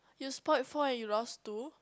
you spoiled four and you lost two